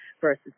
versus